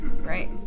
Right